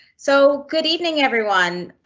so good evening everyone.